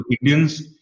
Indians